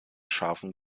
scharfen